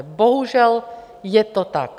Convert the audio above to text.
Bohužel je to tak.